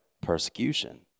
persecution